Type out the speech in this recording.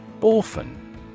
Orphan